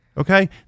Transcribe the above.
Okay